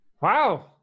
Wow